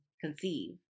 conceive